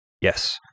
yes